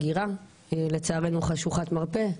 לצערנו חשוכת מרפא.